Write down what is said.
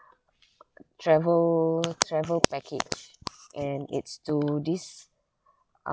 travel travel package and it's to this